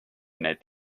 need